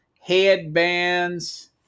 headbands